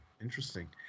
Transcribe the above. interesting